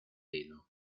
hilo